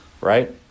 right